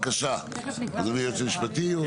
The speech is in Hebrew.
בבקשה, אדוני, היועץ המשפטי.